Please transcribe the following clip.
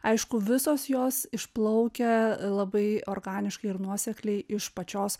aišku visos jos išplaukia labai organiškai ir nuosekliai iš pačios